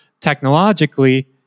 technologically